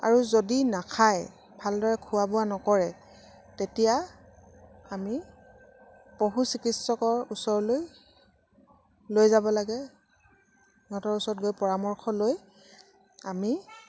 আৰু যদি নাখায় ভালদৰে খোৱা বোৱা নকৰে তেতিয়া আমি পশু চিকিৎসকৰ ওচৰলৈ লৈ যাব লাগে ইহঁতৰ ওচৰত গৈ পৰামৰ্শ লৈ আমি